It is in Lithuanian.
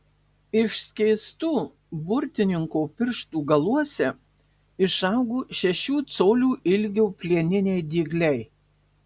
išskėstų burtininko pirštų galuose išaugo šešių colių ilgio plieniniai dygliai